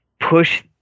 push